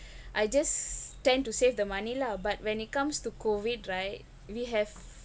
I just tend to save the money lah but when it comes to COVID right we have